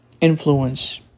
influence